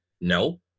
no